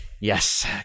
Yes